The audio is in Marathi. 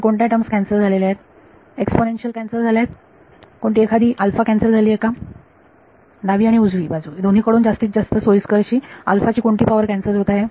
तर कोणत्या टर्म कॅन्सल झालेल्या आहेत एक्सपोनेन्शियल कॅन्सल झालेल्या आहेत कोणती एखादी कॅन्सल झाली आहे का डावी आणि उजवी बाजू या दोन्ही कडून जास्तीत जास्त सोयीस्कर अशी ची कोणती पॉवर कॅन्सल होत आहे